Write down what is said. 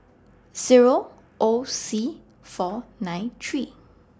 Zero O C four nine three